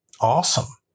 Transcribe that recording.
awesome